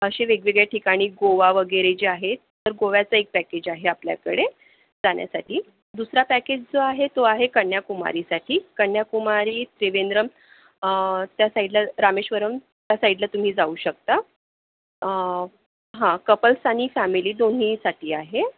असे वेगवेगळ्या ठिकाणी गोवा वगैरे जे आहे तर गोव्याचं एक पॅकेज आहे आपल्याकडे जाण्यासाठी दुसरा पॅकेज जो आहे तो आहे कन्याकुमारीसाठी कन्याकुमारी तिवेंद्रम त्या साईडला रामेश्वरम त्या साईडला तुम्ही जाऊ शकता हां कपल्स आणि फॅमिली दोन्हीसाठी आहे